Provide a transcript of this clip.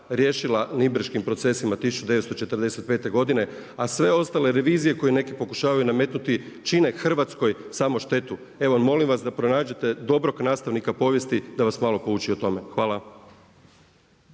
riješila Nirnberškim procesima 1945. godine, a sve ostale revizije koje neki pokušavaju nametnuti čine Hrvatskoj samo štetu. Evo molim vas da pronađete dobrog nastavnika povijesti da vas malo pouči o tome. Hvala.